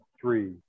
three